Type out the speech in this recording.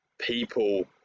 people